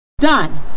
done